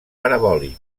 parabòlics